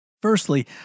Firstly